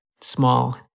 small